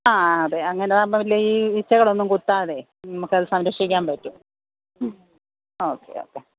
ആ അതെ അങ്ങനെ ആവുമ്പോൾ വല്ല ഈ ഈച്ചകളൊന്നും കുത്താതെ നമുക്ക് അത് സംരക്ഷിക്കാൻ പറ്റും ഓക്കെ ഓക്കെ